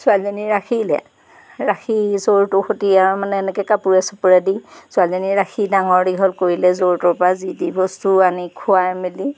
ছোৱালীজনী ৰাখিলে ৰাখি চৰুটো খুটি আৰু মানে এনেকৈ কাপোৰে চাপোৰেদি ছোৱালীজনী ৰাখি ডাঙৰ দীঘল কৰিলে য'ৰ ত'ৰ পৰা যি টি বস্তু আনি খোৱাই মেলি